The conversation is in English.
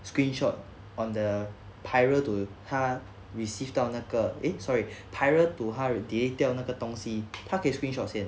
screenshot on the prior 他 received 到那个 eh sorry prior to 他 delete 掉那个东西他可以 screenshot 先